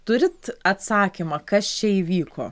turit atsakymą kas čia įvyko